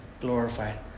glorified